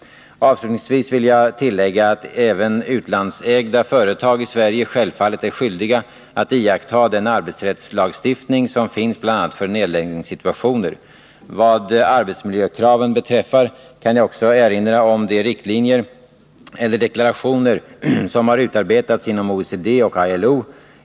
Avslutningsvis vill jag tillägga att även utlandsägda företag i Sverige självfallet är skyldiga att iaktta den arbetsrättslagstiftning som finns bl.a. för nedläggningssituationer. Vad arbetsmiljökraven beträffar kan jag också erinra om de riktlinjer eller deklarationer som har utarbetats inom OECD och ILO.